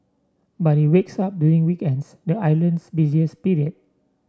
but it wakes up during weekends the island's busiest period